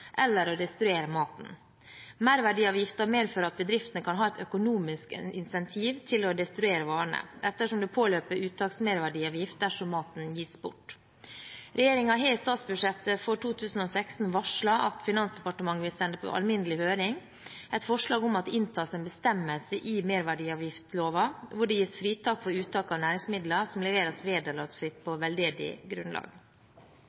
å destruere maten. Merverdiavgiften medfører at bedriftene kan ha et økonomisk incentiv til å destruere varene, ettersom det påløper uttaksmerverdiavgift dersom maten gis bort. Regjeringen har i statsbudsjettet for 2016 varslet at Finansdepartementet vil sende på alminnelig høring et forslag om at det inntas en egen bestemmelse i merverdiavgiftsloven hvor det gis fritak for uttak av næringsmidler som leveres vederlagsfritt på veldedig grunnlag.